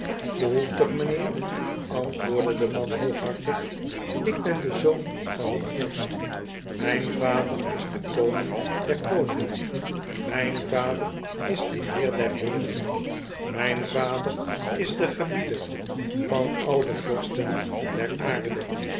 behoeftig m'nheer antwoordde de man hooghartig ik ben de zoon van een vorst m ij n vader is de koning der koningen mijn vader is de heer der heeren m ij n vader is de gebieder van al de vorsten der aarde